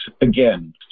again